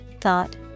thought